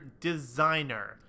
designer